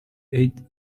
eight